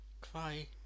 Cry